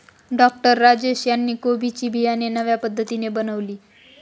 doctor Rajesh यांनी कोबी ची बियाणे नव्या पद्धतीने बनवली